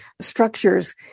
structures